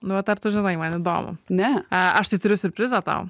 nu vat ar tu žinai man įdomu ne e aš tai turiu siurprizą tau